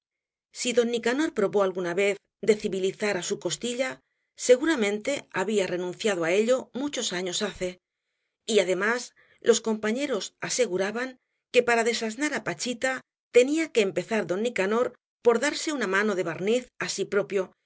si don nicanor probó alguna vez á civilizar á su costilla seguramente había renunciado á ello muchos años hace y además los compañeros aseguraban que para desasnar á pachita tenía que empezar don nicanor por darse una mano de barniz á sí propio